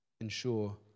ensure